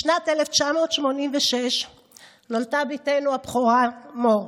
בשנת 1986 נולדה בתנו הבכורה, מור.